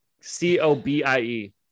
C-O-B-I-E